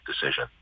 decision